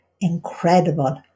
incredible